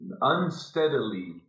unsteadily